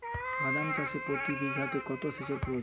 বাদাম চাষে প্রতি বিঘাতে কত সেচের প্রয়োজন?